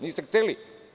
Niste hteli.